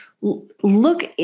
look